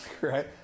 Right